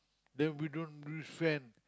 then we don't use fan